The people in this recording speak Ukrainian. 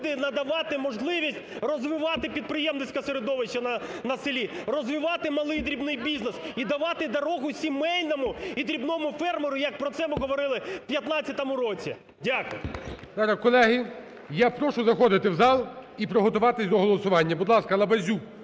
надавати можливість розвивати підприємницьке середовище на селі, розвивати малий і дрібний бізнес і давати дорогу сімейному і дрібному фермеру, як про це ми говорили в 2015 році. Дякую. ГОЛОВУЮЧИЙ. Колеги, я прошу заходити в зал і приготуватися до голосування. Будь ласка, Лабазюк,